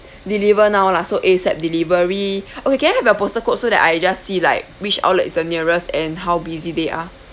deliver now lah so ASAP delivery okay can I can have your postal code so that I just see like which outlet is the nearest and how busy they are